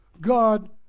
God